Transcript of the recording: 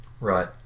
Right